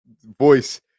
voice